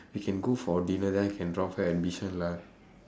we can go for dinner then I can drop her at bishan lah